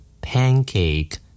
Pancake